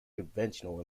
conventional